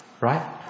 Right